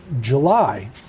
July